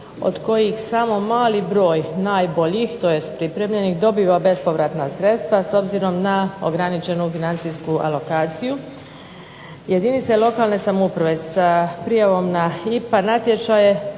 od kojih samo mali broj najboljih, tj. pripremljenih dobiva bespovratna sredstva s obzirom na ograničenu financijsku alokaciju. Jedinice lokalne samouprave sa prijavom na IPA natječaje